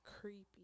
creepy